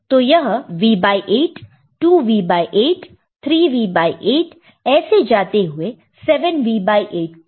तो यह V8 2V8 3V8 ऐसे जाते हुए 7V8 तक